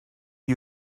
you